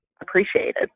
appreciated